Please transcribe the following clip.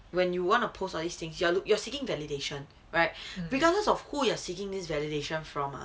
when you want to post all these things you're look you're seeking validation right regardless of who you are seeking this validation from ah